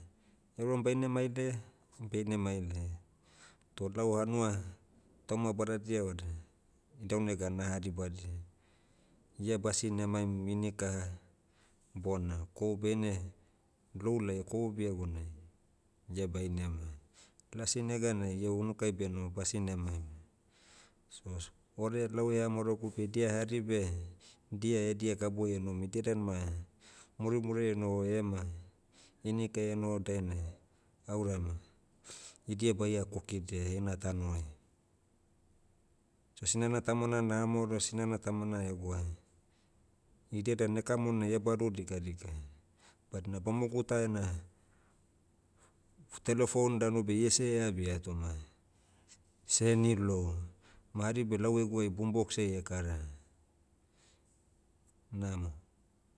Euram baine mailaia, beine mailaia. Toh lau hanua, tauma badadia vada, idaunega naha dibadia. Ia basine maim inikaha, bona kohu beine, lou laia kohu biagunai, ia bainema. Lasi neganai ia unukai benoho basine maim. Sos, orea lau eha maorogu beh dia hari beh, dia edia gabuai enohom idia dan ma, murimuriai enoho ema, inikai enoho dainai, auram, idia baia kokidia heina tanoai. So sinana tamana naha maoroa sinana tamana egwa, idia dan ekamonai ebadu dikadika. Badina bamogu ta ena, telephone dabu beh iese eabia toma, seheni lou. Ma hari beh lau eguai boom box ai ekara. Namo.